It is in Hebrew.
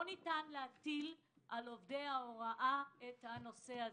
לא ניתן להטיל על עובדי ההוראה את הנושא הזה.